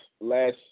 last